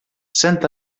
sent